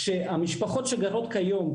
כשהמשפחות שגרות כיום,